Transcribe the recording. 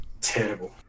terrible